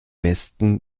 westen